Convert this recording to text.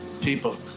people